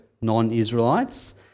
non-Israelites